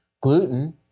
Gluten